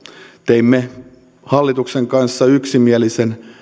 teimme hallituksen kanssa yksimielisen